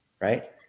right